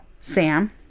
Sam